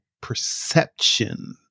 perception